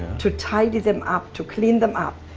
to tidy them up, to clean them up.